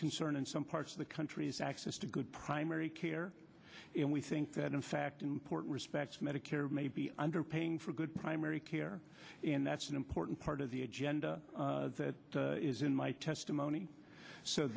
concern in some parts of the country is access to good primary care and we think that in fact important respects medicare underpaying for good primary care and that's an important part of the agenda that is in my testimony so